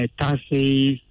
taxes